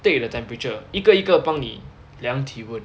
take the temperature 一个一个帮你量体温